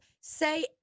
say